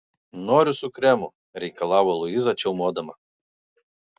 noriu su kremu reikalavo luiza čiaumodama